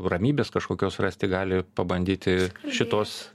ramybės kažkokios rasti gali pabandyti šitos